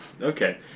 Okay